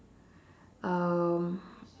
um